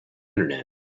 internet